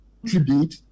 contribute